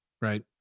Right